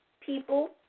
people